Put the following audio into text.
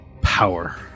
power